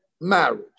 marriage